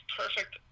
perfect